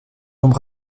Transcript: tombe